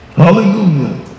Hallelujah